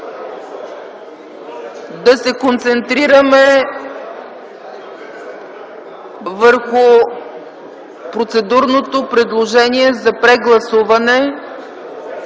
да се концентрираме върху процедурното предложение за прегласуване